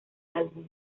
álbum